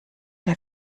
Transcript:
der